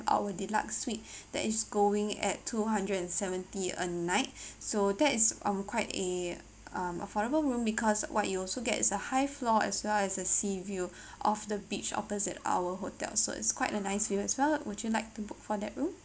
our deluxe suite that is going at two hundred and seventy a night so that is our quite eh um affordable room because what you also gets a high floor as well as a sea view of the beach opposite our hotel so it's quite a nice view as well would you like to book for that room